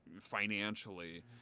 financially